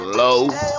low